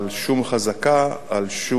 על שום בעלות